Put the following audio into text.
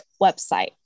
website